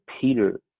Peter